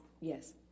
Yes